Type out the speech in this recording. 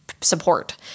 support